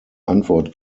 antwort